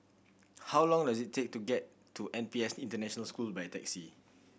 how long does it take to get to N P S International School by taxi